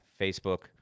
Facebook